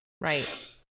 right